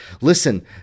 Listen